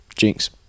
jinx